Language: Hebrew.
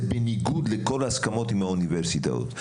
זה בניגוד לכל ההסכמות עם האוניברסיטאות.